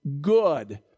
Good